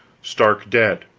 stark dead